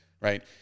Right